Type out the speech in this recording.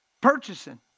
purchasing